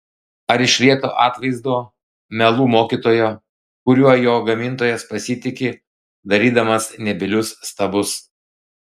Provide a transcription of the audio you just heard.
ar iš lieto atvaizdo melų mokytojo kuriuo jo gamintojas pasitiki darydamas nebylius stabus